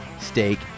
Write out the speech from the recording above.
steak